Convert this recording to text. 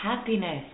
happiness